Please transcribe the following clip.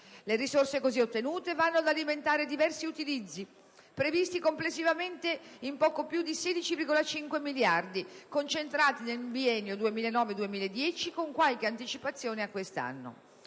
Le risorse così ottenute vanno ad alimentare diversi utilizzi, previsti complessivamente in poco più di 16,5 miliardi, concentrati nel biennio 2009-2010, con qualche anticipazione a quest'anno.